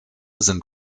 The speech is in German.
sind